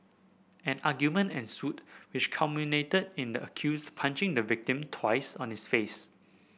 an argument ensued which culminated in the accused punching the victim twice on his face